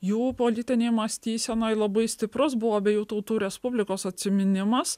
jų politinėj mąstysenoj labai stiprus buvo abiejų tautų respublikos atsiminimas